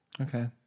Okay